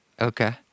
Okay